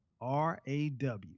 R-A-W